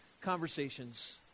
conversations